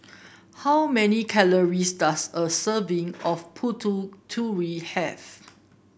how many calories does a serving of putih have